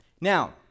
Now